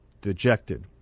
dejected